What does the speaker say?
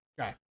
Okay